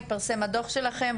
התפרסם הדוח שלכם.